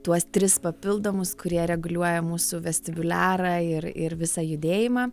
tuos tris papildomus kurie reguliuoja mūsų vestibiuliarą ir ir visą judėjimą